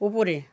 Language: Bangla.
উপরে